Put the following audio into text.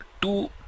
two